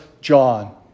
John